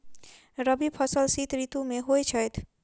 रबी फसल शीत ऋतु मे होए छैथ?